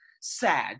sad